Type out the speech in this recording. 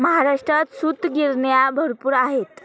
महाराष्ट्रात सूतगिरण्या भरपूर आहेत